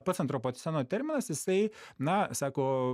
pats antropoceno terminas jisai na sako